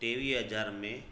टेवीह हज़ार में